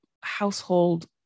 household